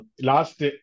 Last